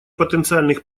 потенциальных